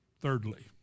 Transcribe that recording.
Thirdly